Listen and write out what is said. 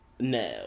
No